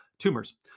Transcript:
tumors